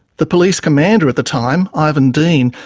the police commander at the time, ivan dean,